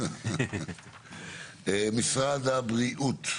משרד הבריאות,